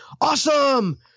awesome